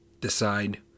decide